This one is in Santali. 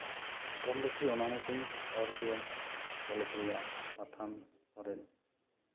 ᱠᱚᱢ ᱵᱮᱥᱤ ᱚᱱᱚᱲᱦᱮᱸ ᱠᱚᱧ ᱞᱟᱹᱭ ᱜᱮᱭᱟ ᱠᱚᱞᱮᱡᱽ ᱨᱮᱭᱟᱜ ᱯᱟᱛᱷᱟᱢ ᱠᱚᱨᱮᱜ